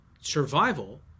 survival